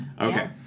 Okay